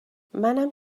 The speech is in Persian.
منم